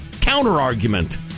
counter-argument